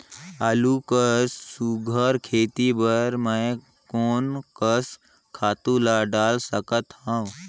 आलू कर सुघ्घर खेती बर मैं कोन कस खातु ला डाल सकत हाव?